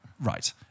Right